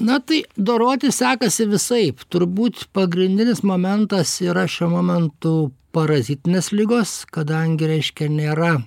na tai dorotis sekasi visaip turbūt pagrindinis momentas yra šiuo momentu parazitinės ligos kadangi reiškia nėra